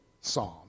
psalm